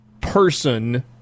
person